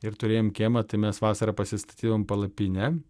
ir turėjom kiemą tai mes vasarą pasistatydavom palapinę